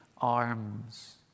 arms